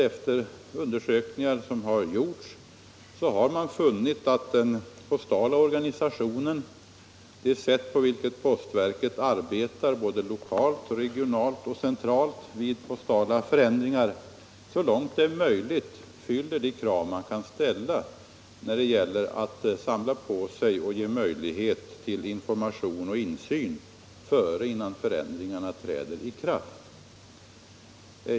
Efter undersökningar som har gjorts har jag kunnat konstatera att det sätt på vilket postverket arbetar både lokalt. regionalt och centralt vid postala förändringar så långt det är möjligt fyller de krav som kan ställas när det gäller inhämtande av information och insyn innan förändringar träder 1 kraft.